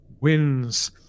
wins